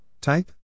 Type